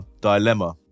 dilemma